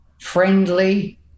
friendly